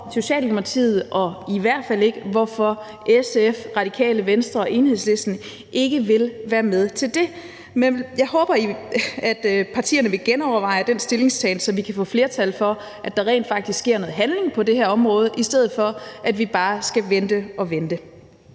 Socialdemokratiet, og i hvert fald ikke, at SF, Radikale Venstre og Enhedslisten ikke vil være med til det. Men jeg håber, at partierne vil genoverveje den stillingtagen, så vi kan få flertal for, at der rent faktisk sker noget handling på det her område, i stedet for at vi bare skal vente og vente.